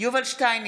יובל שטייניץ,